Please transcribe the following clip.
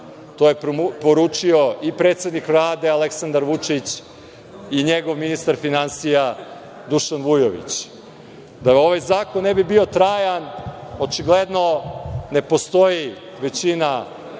je poručio i predsednik Vlade, Aleksandar Vučić i njegov ministar finansija Dušan Vujović. Da ovaj zakon ne bi bio trajan očigledno ne postoji većina